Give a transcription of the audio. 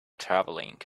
travelling